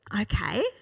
Okay